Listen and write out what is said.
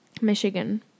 Michigan